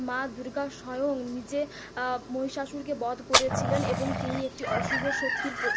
মা দুর্গা স্বয়ং নিজে মহিষাসুরকে বধ করেছিলেন এবং তিনি একটি অশুভ শক্তির